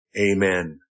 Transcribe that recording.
Amen